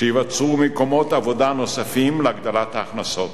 שייווצרו מקומות עבודה נוספים להגדלת ההכנסות,